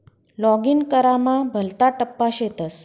login करामा भलता टप्पा शेतस